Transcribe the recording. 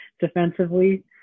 defensively